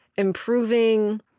improving